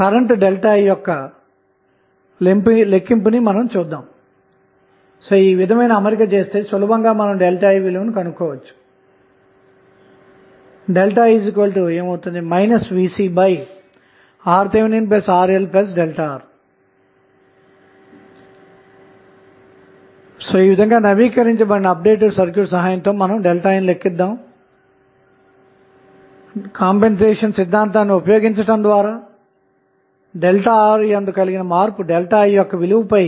కాబట్టిఇవ్వబడిన చిత్రం లో గమనిస్తే కరెంటు సోర్స్ వలన కరెంటు ఈ దిశలో ఉంది అలాగే నోడ్ a కాకుండా మిగిలిన రెండు విభాగాలలో కరెంటు దిశ లు చిత్రంలో చూపించిన విధంగా ఉన్నాయి